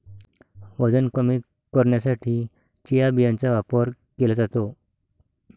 वजन कमी करण्यासाठी चिया बियांचा वापर केला जातो